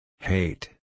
Hate